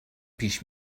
پیش